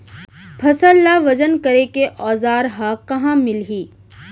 फसल ला वजन करे के औज़ार हा कहाँ मिलही?